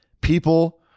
People